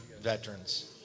veterans